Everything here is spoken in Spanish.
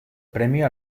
premio